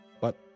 But